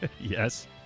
Yes